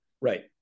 Right